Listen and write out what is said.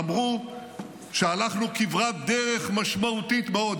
אמרו שהלכנו כברת דרך משמעותית מאוד,